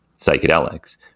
psychedelics